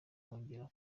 hongera